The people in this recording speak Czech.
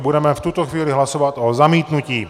Budeme v tuto chvíli hlasovat o zamítnutí.